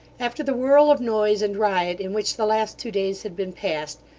after the whirl of noise and riot in which the last two days had been passed,